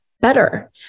better